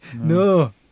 No